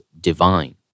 divine